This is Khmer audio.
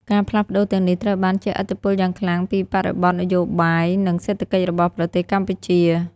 ការផ្លាស់ប្ដូរទាំងនេះត្រូវបានជះឥទ្ធិពលយ៉ាងខ្លាំងពីបរិបទនយោបាយ និងសេដ្ឋកិច្ចរបស់ប្រទេសកម្ពុជា។